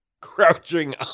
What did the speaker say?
Crouching